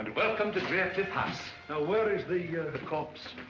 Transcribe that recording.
and welcome to driercliff house. now, where's the corpse?